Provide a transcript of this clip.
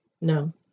no